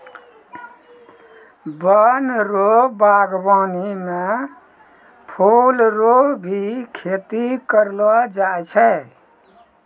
वन रो वागबानी मे फूल रो भी खेती करलो जाय छै